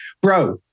bro